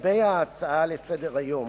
לגבי ההצעה לסדר-היום: